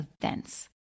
events